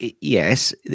yes